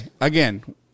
again